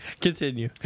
continue